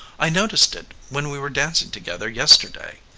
i noticed it when we were dancing together yesterday.